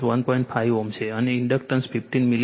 5 Ω છે અને inductance 15 millihenry છે